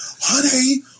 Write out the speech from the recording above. honey